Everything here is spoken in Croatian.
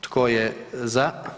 Tko je za?